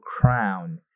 Crown